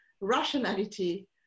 rationality